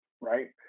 right